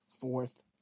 fourth